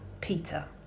Peter